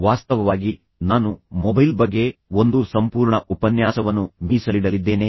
ವಾಸ್ತವವಾಗಿ ನಾನು ಮೊಬೈಲ್ ಬಗ್ಗೆ ಒಂದು ಸಂಪೂರ್ಣ ಉಪನ್ಯಾಸವನ್ನು ಮೀಸಲಿಡಲಿದ್ದೇನೆ